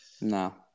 No